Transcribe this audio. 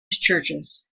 churches